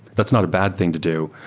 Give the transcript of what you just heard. that's not a bad thing to do.